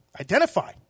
identify